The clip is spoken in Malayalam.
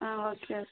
ആ ഓക്കെ ഓക്കെ